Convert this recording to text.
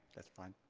that's fine.